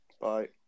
bye